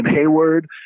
Hayward